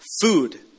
food